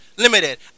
limited